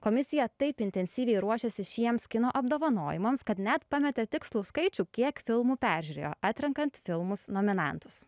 komisija taip intensyviai ruošėsi šiems kino apdovanojimams kad net pametė tikslų skaičių kiek filmų peržiūrėjo atrenkant filmus nominantus